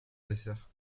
dessert